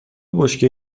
بشکه